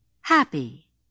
happy